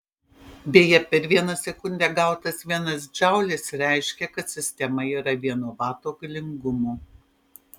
beje per vieną sekundę gautas vienas džaulis reiškia kad sistema yra vieno vato galingumo